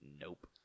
Nope